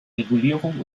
regulierung